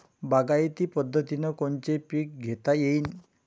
बागायती पद्धतीनं कोनचे पीक घेता येईन?